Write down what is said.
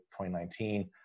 2019